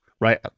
right